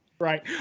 right